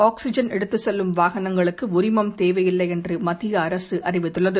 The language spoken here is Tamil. ஆக்ஸிஜன் எடுததுச் செல்லும் வாகனங்களுக்கு உரிமம் தேவையில்லை என்று மத்திய அரசு அறிவித்துள்ளது